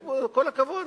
כל הכבוד,